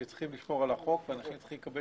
שצריך לשמור על החוק ולכן צריכים לקבל